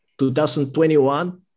2021